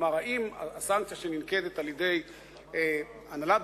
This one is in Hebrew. כלומר אם הסנקציה שננקטת על-ידי הנהלת